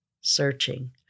searching